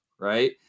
right